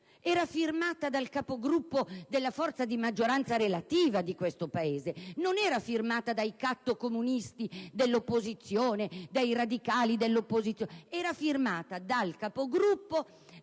era firmato dal Capogruppo della forza di maggioranza relativa nel Paese, e non era firmato dai cattocomunisti dell'opposizione, o dai radicali dell'opposizione. Ripeto: era firmato dal Presidente